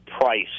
price